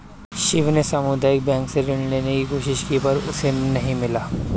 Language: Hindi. शिव ने सामुदायिक बैंक से ऋण लेने की कोशिश की पर उसे नही मिला